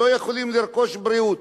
לא יכולות לרכוש בריאות.